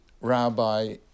rabbi